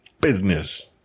Business